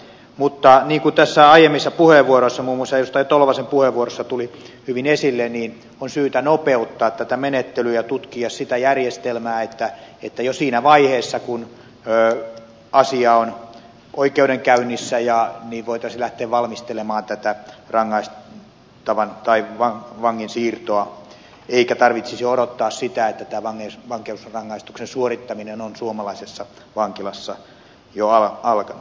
mutta niin kuin tässä aiemmissa puheenvuoroissa muun muassa edustaja tolvasen puheenvuorossa tuli hyvin esille on syytä nopeuttaa tätä menettelyä ja tutkia sitä järjestelmää että jo siinä vaiheessa kun asia on oikeudenkäynnissä voitaisiin lähteä valmistelemaan tätä vangin siirtoa eikä tarvitsisi odottaa sitä että tämä vankeusrangaistuksen suorittaminen on suomalaisessa vankilassa jo alkanut